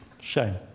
Shame